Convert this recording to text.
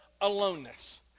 aloneness